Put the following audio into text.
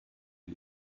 die